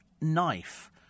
knife